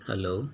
hello